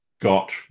got